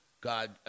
God